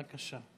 בבקשה.